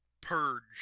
purge